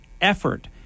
effort